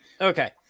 Okay